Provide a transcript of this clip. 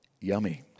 yummy